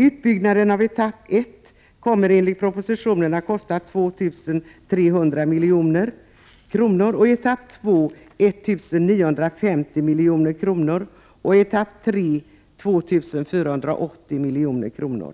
Utbyggnaden av etapp ett kommer enligt propositionen att kosta 2 300 milj.kr., etapp två 1 950 milj.kr. och etapp tre 2 480 milj.kr.